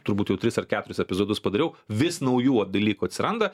turbūt jau tris ar keturis epizodus padariau vis naujų dalykų atsiranda